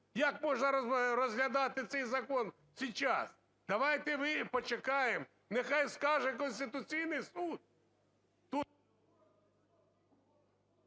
Як можна розглядати цей законсейчас? Давайте ми почекаємо, нехай скаже Конституційний Суд…